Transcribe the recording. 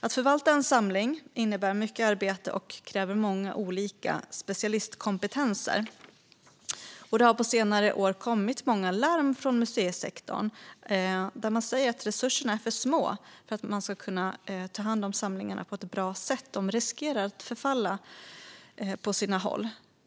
Att förvalta en samling innebär mycket arbete och kräver många olika specialistkompetenser. Det har på senare år kommit många larm från museisektorn om att resurserna är för små för att man ska kunna ta hand om samlingarna på ett bra sätt och att de därför riskerar att förfalla.